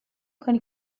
کنی